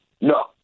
No